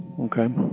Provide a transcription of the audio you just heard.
okay